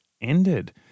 ended